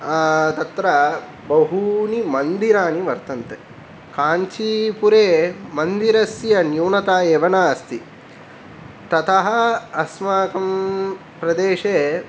तत्र बहूनि मन्दिराणि वर्तन्ते काञ्चीपुरे मन्दिरस्य न्यूनता एव नास्ति ततः अस्माकं प्रदेशे